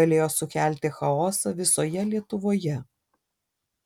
galėjo sukelti chaosą visoje lietuvoje